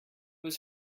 was